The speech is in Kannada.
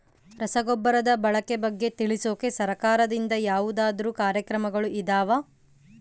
ರಸಗೊಬ್ಬರದ ಬಳಕೆ ಬಗ್ಗೆ ತಿಳಿಸೊಕೆ ಸರಕಾರದಿಂದ ಯಾವದಾದ್ರು ಕಾರ್ಯಕ್ರಮಗಳು ಇದಾವ?